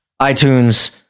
iTunes